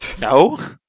no